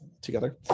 together